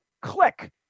click